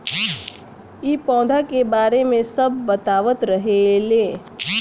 इ पौधा के बारे मे सब बतावत रहले